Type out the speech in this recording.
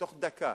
תוך דקה.